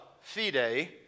fide